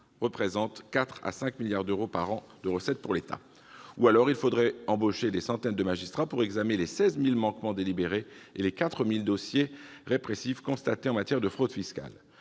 année 4 à 5 milliards d'euros de recettes pour l'État, à moins d'embaucher des centaines de magistrats pour examiner les 16 000 manquements délibérés et les 4 000 dossiers répressifs constatés en matière de fraude fiscale.